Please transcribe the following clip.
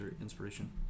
inspiration